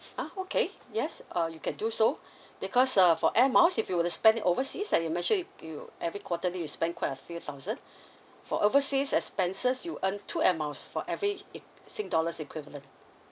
ah okay yes uh you can do so because uh for air miles if you were to spend it overseas like you mentioned you every quarterly you spend quite a few thousand for overseas expenses you earn two air miles for every i~ sing dollars equivalent